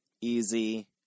easy